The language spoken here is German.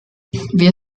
wir